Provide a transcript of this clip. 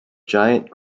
giant